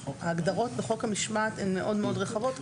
ההגדרות בחוק המשמעת הן מאוד מאוד רחבות.